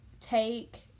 Take